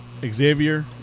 Xavier